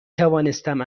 توانستم